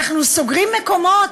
אנחנו סוגרים מקומות